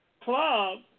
club